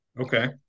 Okay